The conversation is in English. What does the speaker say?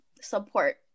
support